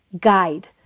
guide